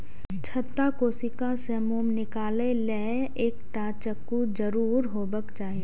छत्ताक कोशिका सं मोम निकालै लेल एकटा चक्कू जरूर हेबाक चाही